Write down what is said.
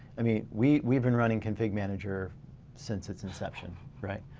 i mean we've we've been running config manager since its inception right?